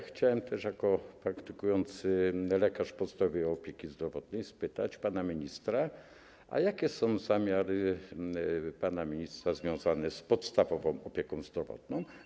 Chciałem jako praktykujący lekarz podstawowej opieki zdrowotnej spytać też pana ministra: A jakie są zamiary pana ministra związane z podstawową opieką zdrowotną?